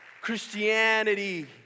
Christianity